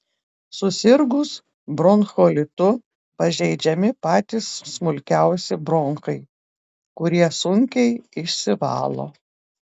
susirgus bronchiolitu pažeidžiami patys smulkiausi bronchai kurie sunkiai išsivalo